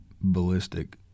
ballistic